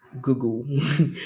Google